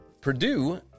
Purdue